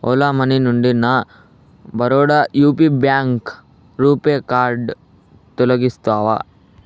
Ola money నుండి నా Baroda UP bank RuPay card తొలగిస్తావా